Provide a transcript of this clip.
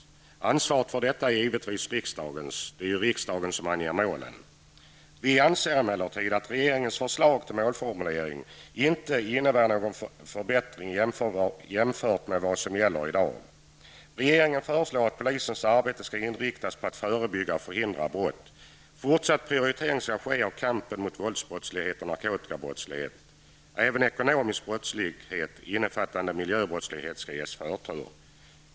Ansvaret för detta är givetvis riksdagens -- det är ju riksdagen som anger målen. Vi anser emellertid att regeringens förslag till målformulering inte innebär någon förbättring jämfört med vad som gäller i dag. Regeringen föreslår att polisens arbete skall inriktas på att förebygga och förhindra brott. Fortsatt prioritering skall ske när det gäller kampen mot våldsbrottslighet och narkotikabrottslighet. Även ekonomisk brottslighet innefattande miljöbrottslighet skall ges förtur.